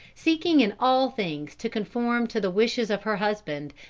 seeking in all things to conform to the wishes of her husband,